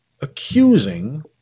accusing